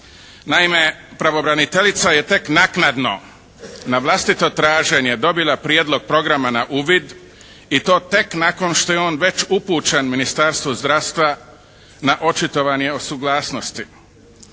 Naime pravobraniteljica je tek naknadno na vlastito traženje dobila prijedlog programa na uvid i to tek nakon što je on već upućen Ministarstvu zdravstva na očitovanje o suglasnosti.